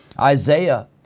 Isaiah